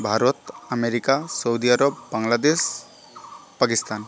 Bharat America Saudi Arab Bangladesh Pakistan